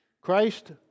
Christ